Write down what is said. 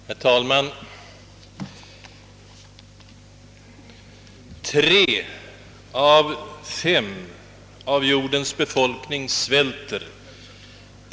Herr talman! »Tre av fem av jordens befolkning svälter.